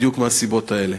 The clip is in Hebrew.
בדיוק מהסיבות האלה.